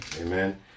Amen